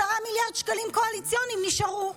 10 מיליארד שקלים קואליציוניים נשארו.